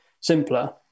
simpler